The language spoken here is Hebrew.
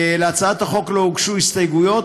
להצעת החוק לא הוגשו הסתייגויות,